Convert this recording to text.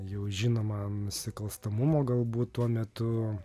jau žinoma nusikalstamumo galbūt tuo metu